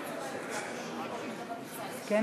כן,